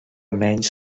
menys